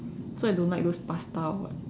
so I don't like those pasta or what